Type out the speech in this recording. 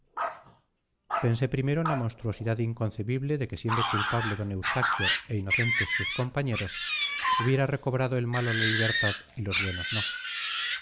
pensé primero en la monstruosidad inconcebible de que siendo culpable d eustaquio e inocentes sus compañeros hubiera recobrado el malo la libertad y los buenos no